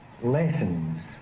lessons